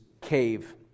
cave